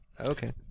Okay